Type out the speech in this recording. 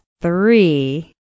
three